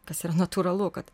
kas yra natūralu kad